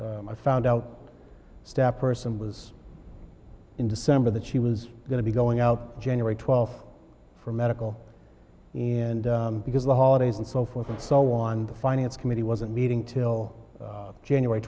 was i found out step person was in december that she was going to be going out january twelfth for medical and because the holidays and so forth and so on the finance committee wasn't meeting till january